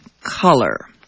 color